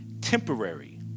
temporary